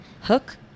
Hook